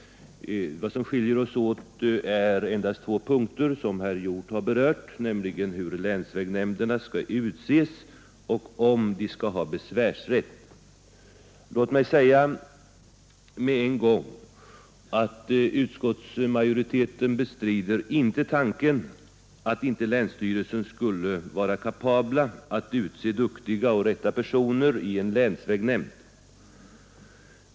Vad som skiljer oss åt är, som herr Hjorth har berört, bara två punkter, nämligen hur länsvägnämnderna skall utses och om de skall ha besvärsrätt. Låt mig med en gång säga att utskottsmajoriteten inte bestrider att länsstyrelserna är kapabla att utse de rätta och duktiga personerna till en länsvägnämnd.